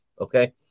Okay